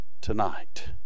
tonight